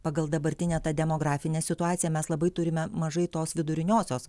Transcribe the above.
pagal dabartinę demografinę situaciją mes labai turime mažai tos viduriniosios